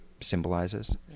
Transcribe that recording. symbolizes